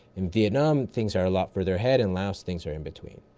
in vietnam things are a lot further ahead, in laos things are in-between.